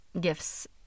gifts